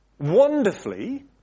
wonderfully